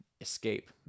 escape